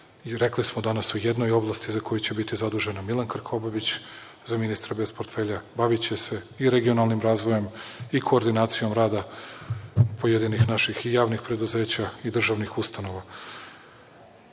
rekli smo danas u jednoj oblasti za koju će biti zadužena. Milan Krkobabić – za ministra bez portfelja, baviće se i regionalnim razvojem i koordinacijom rada pojedinih naših i javnih preduzeća i državnih ustanova.Za